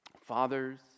Fathers